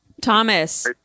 Thomas